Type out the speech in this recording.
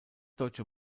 deutsche